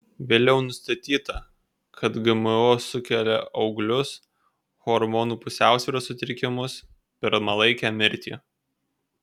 vėliau nustatyta kad gmo sukelia auglius hormonų pusiausvyros sutrikimus pirmalaikę mirtį